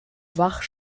wach